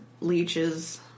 leeches